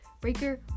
Breaker